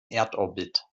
erdorbit